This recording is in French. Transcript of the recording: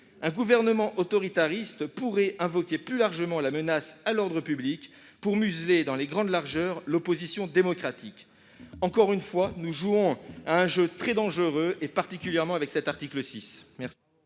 un gouvernement autoritariste pourrait invoquer plus largement la menace à l'ordre public pour museler, dans les grandes largeurs, l'opposition démocratique. Encore une fois, nous jouons à un jeu très dangereux, particulièrement avec cet article.